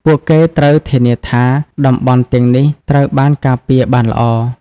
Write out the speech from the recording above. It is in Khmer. ពួកគេត្រូវធានាថា តំបន់ទាំងនេះត្រូវបានការពារបានល្អ។